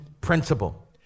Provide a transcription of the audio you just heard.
principle